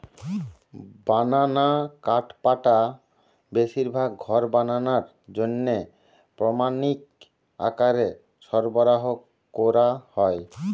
বানানা কাঠপাটা বেশিরভাগ ঘর বানানার জন্যে প্রামাণিক আকারে সরবরাহ কোরা হয়